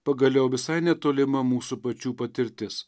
pagaliau visai netolima mūsų pačių patirtis